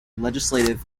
legislative